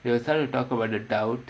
they will start to talk about the doubt